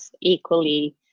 equally